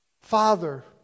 Father